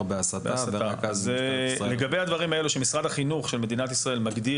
בהסתה ורק אז משטרת ישראל יכולה לפעול.